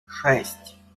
шесть